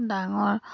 ডাঙৰ